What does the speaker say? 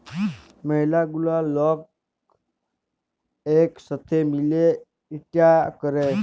ম্যালা গুলা লক ইক সাথে মিলে ইটা ক্যরে